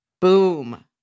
Boom